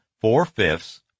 four-fifths